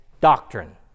doctrine